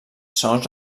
segons